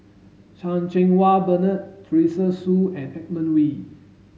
Chan Cheng Wah Bernard Teresa Hsu and Edmund Wee